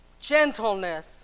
gentleness